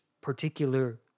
particular